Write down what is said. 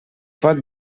pot